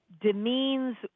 demeans